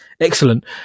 excellent